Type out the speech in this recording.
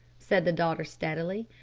said the daughter steadily.